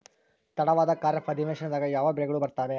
ತಡವಾದ ಖಾರೇಫ್ ಅಧಿವೇಶನದಾಗ ಯಾವ ಬೆಳೆಗಳು ಬರ್ತಾವೆ?